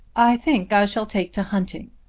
i think i shall take to hunting,